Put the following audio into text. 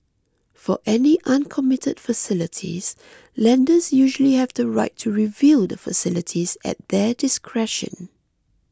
for any uncommitted facilities lenders usually have the right to review the facilities at their discretion